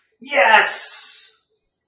Yes